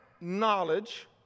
knowledge